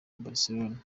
barcelone